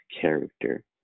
character